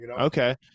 Okay